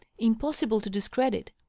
impossible to discredit.